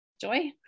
Joy